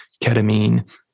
ketamine